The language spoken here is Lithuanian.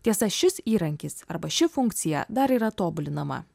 tiesa šis įrankis arba ši funkcija dar yra tobulinama